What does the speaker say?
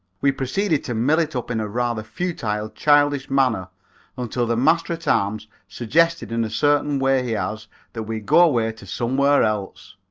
we proceeded to mill it up in a rather futile, childish manner until the master-at-arms suggested in a certain way he has that we go away to somewhere else.